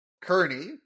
Kearney